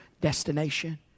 destination